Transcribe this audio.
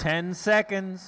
ten seconds